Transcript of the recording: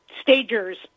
stagers